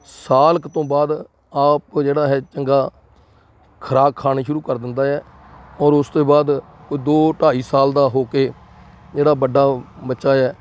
ਸਾਲ ਕੁ ਤੋਂ ਬਾਅਦ ਆਪ ਜਿਹੜਾ ਹੈ ਚੰਗਾ ਖੁਰਾਕ ਖਾਣੀ ਸ਼ੁਰੂ ਕਰ ਦਿੰਦਾ ਹੈ ਔਰ ਉਸ ਤੋਂ ਬਾਅਦ ਉਹ ਦੋ ਢਾਈ ਸਾਲ ਦਾ ਹੋ ਕੇ ਜਿਹੜਾ ਵੱਡਾ ਬੱਚਾ ਹੈ